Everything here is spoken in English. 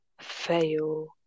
fail